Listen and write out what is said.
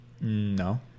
No